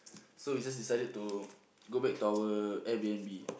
so we just decided to go back to our Air-B_N_B